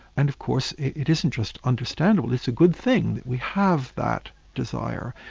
and of course it isn't just understandable, it's a good thing we have that desire.